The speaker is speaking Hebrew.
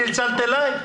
את צלצלת אלי.